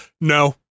no